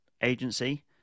agency